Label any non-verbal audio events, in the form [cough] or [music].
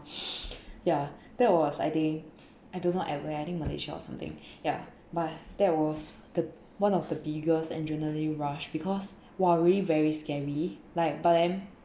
[breath] ya that was I think I do not know at where I think malaysia or something [breath] ya but that was the one of the biggest adrenaline rush because !wah! really very scary like but then